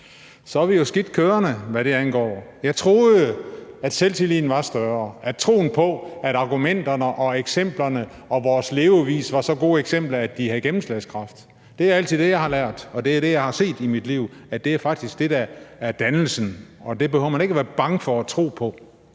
så er vi jo skidt kørende, hvad det angår. Jeg troede, at selvtilliden var større, at troen på, at argumenterne og eksemplerne og vores levevis var så gode eksempler, at de havde gennemslagskraft. Det er altid det, jeg har lært, og det er det, jeg har set i mit liv, altså at det faktisk er det, der er dannelsen, og det behøver man ikke at være bange for at tro på.